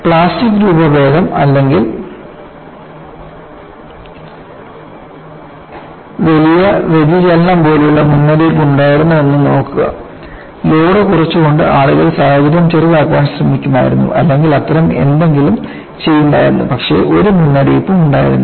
plastic രൂപഭേദം അല്ലെങ്കിൽ വലിയ വ്യതിചലനം പോലുള്ള മുന്നറിയിപ്പ് ഉണ്ടായിരുന്നോ എന്ന് നോക്കുക ലോഡ് കുറച്ചുകൊണ്ട് ആളുകൾ സാഹചര്യം ചെറുതാക്കാൻ ശ്രമിക്കുമായിരുന്നു അല്ലെങ്കിൽ അത്തരം എന്തെങ്കിലും ചെയ്യുമായിരുന്നുപക്ഷേ ഒരു മുന്നറിയിപ്പും ഉണ്ടായിരുന്നില്ല